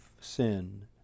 sin